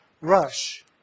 rush